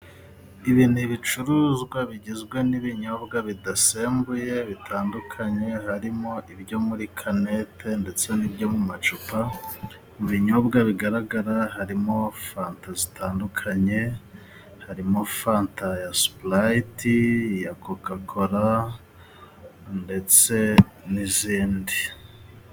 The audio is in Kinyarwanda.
Ibi ni ibicuruzwa bigizwe n'ibinyobwa bidasembuye bitandukanye harimo: ibyo muri kanete ndetse n'ibyo mu macupa, mu binyobwa bigaragara harimo fanta zitandukanye, harimo fanta ya sipurayiti, iya kokakora ndetse n'izindi.